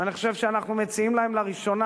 ואני חושב שאנחנו מציעים להם לראשונה